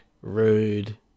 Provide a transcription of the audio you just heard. rude